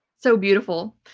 so beautiful.